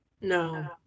No